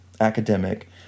academic